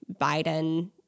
Biden